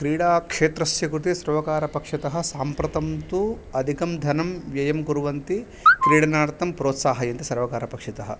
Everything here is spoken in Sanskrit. क्रीडाक्षेत्रस्य कृते सर्वकारपक्षतः साम्प्रतं तु अधिकं धनं व्ययं कुर्वन्ति क्रीडनार्थं प्रोत्साहयन्ति सर्वकारपक्षतः